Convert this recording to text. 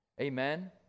Amen